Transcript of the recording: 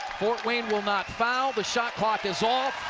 will and will not foul. the shot clock is off.